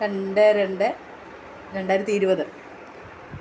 രണ്ട് രണ്ട് രണ്ടായിരത്തി ഇരുപത്